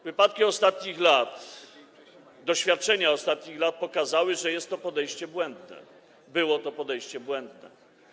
Wypadki ostatnich lat, doświadczenia ostatnich lat pokazały, że jest to podejście błędne, było to podejście błędne.